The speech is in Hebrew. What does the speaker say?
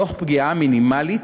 תוך פגיעה מינימלית